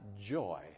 joy